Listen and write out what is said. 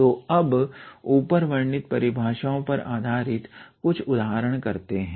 तो अब ऊपर वर्णित परिभाषाओं पर आधारित कुछ उदाहरण करते हैं